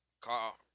Carl